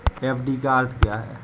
FD का अर्थ क्या है?